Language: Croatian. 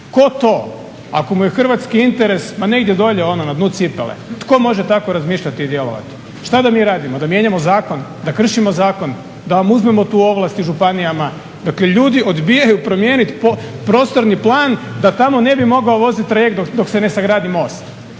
Tko to, ako mu je hrvatski interes ma negdje dolje ono na dnu cipele. Tko može tako razmišljati i djelovati? Šta da mi radimo? Da mijenjamo zakone, da kršimo zakone, da vam uzmemo tu ovlast i županijama? Dakle, ljudi odbijaju promijeniti prostorni plan da tamo ne bi mogao voziti trajekt dok se ne sagradi most.